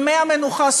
ימי המנוחה,